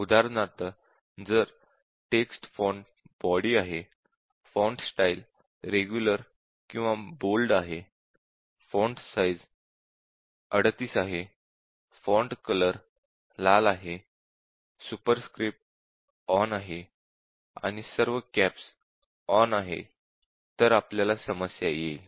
उदाहरणार्थ जर text font body आहे फॉन्ट स्टाइल रेगुलर किंवा बोल्ड आहे फॉन्ट साईझ 38 आहे फॉन्ट कलर लाल आहे सुपरस्क्रिप्ट ऑन आहे आणि सर्व कॅप्स ऑन आहे तर आपल्याला समस्या येईल